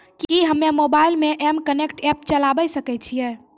कि हम्मे मोबाइल मे एम कनेक्ट एप्प चलाबय सकै छियै?